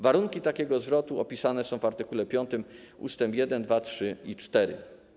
Warunki takiego zwrotu opisane są w art. 5 ust. 1, 2, 3 i 4.